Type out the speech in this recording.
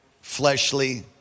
fleshly